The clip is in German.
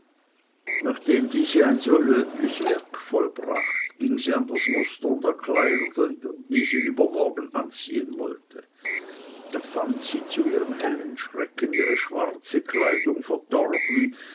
nachdem diese ein so löblich werk vollbracht ging sie an das mustern der kleider die sie übermorgen anziehen wollte da fand sie zu ihrem hellen schrecken ihre schwarze kleidung verdorben